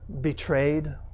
betrayed